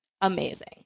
Amazing